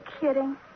kidding